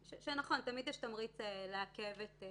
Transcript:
נכון, תמיד יש תמריץ לעכב או